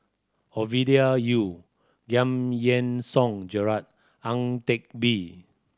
Ovidia Yu Giam Yean Song Gerald Ang Teck Bee